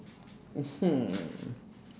mmhmm